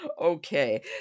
Okay